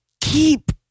Keep